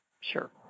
Sure